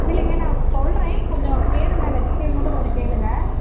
இல்லைங்க நான் சொல்லுறேன் கொஞ்சம் கேளுங்கள் இந்த டீட்டெயில் மட்டும் கொஞ்சம் கேளுங்கள்